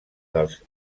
dels